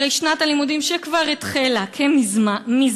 הרי שנת הלימודים שכבר החלה מזמן,